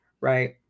Right